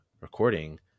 recording